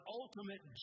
ultimate